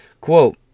Quote